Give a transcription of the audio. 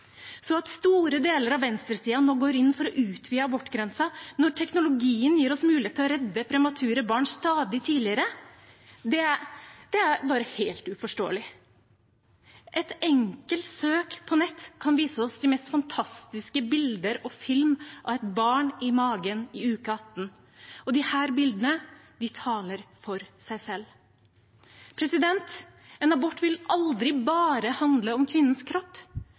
Så at store deler av venstresiden nå går inn for å utvide abortgrensen, når teknologien gir oss mulighet til å redde premature barn stadig tidligere, er bare helt uforståelig. Et enkelt søk på nett kan vise oss de mest fantastiske bilder og filmer av et barn i magen i uke 18, og disse bildene taler for seg selv. En abort vil aldri bare handle om kvinnens kropp.